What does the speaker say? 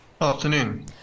Afternoon